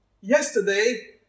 Yesterday